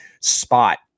spot